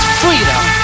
freedom